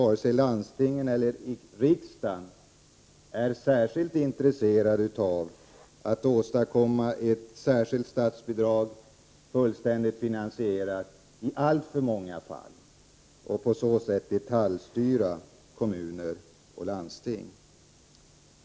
Varken landstingen eller riksdagen är speciellt intresserad av att införa ett särskilt statsbidrag, fullständigt finansierat, i alltför många fall och på så sätt detaljstyra kommuner och landsting.